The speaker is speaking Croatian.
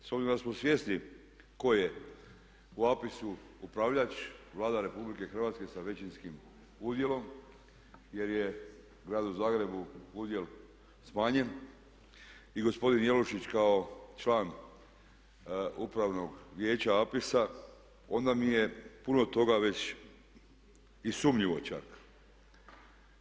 S obzirom da smo svjesni tko je u Apisu upravljač, Vlada RH sa većinskim udjelom, jer je gradu Zagrebu udjel smanjen i gospodin Jelušić kao član Upravnog vijeća Apisa onda mi je puno toga već i sumnjivo čak.